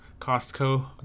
Costco